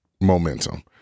momentum